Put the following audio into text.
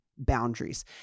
Boundaries